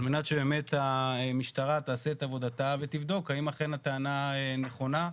על מנת שבאמת המשטרה תעשה את עבודתה ותבדוק האם אכן הטענה נכונה,